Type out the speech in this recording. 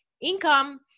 income